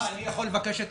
סליחה, אני יכול לבקש את